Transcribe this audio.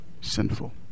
sinful